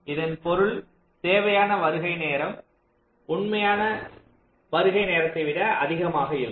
இதன் பொருள் தேவையான வருகை நேரம் உண்மையான வருகை நேரத்தை விட அதிகமா இருக்கும்